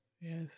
yes